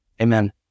amen